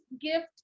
gift